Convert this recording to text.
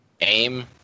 aim